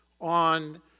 on